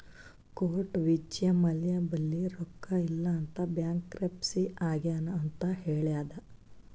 court Vijay Mallya ಬಲ್ಲಿ ರೊಕ್ಕಾ ಇಲ್ಲ ಅಂತ ಬ್ಯಾಂಕ್ರಪ್ಸಿ ಆಗ್ಯಾನ್ ಅಂತ್ ಹೇಳ್ಯಾದ್